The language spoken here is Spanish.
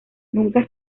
nunca